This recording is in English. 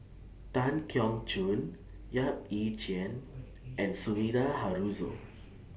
Tan Keong Choon Yap Ee Chian and Sumida Haruzo